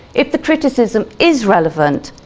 if the criticism is relevant,